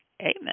amen